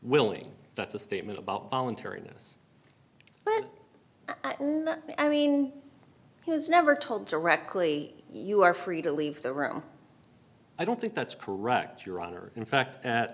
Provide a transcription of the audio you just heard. willing that's a statement about voluntariness but i mean he was never told directly you are free to leave the room i don't think that's correct your honor in fact